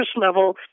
level